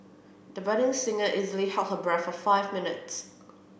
the budding singer easily held her breath for five minutes